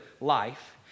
life